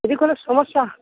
যদি কোনো সমস্যা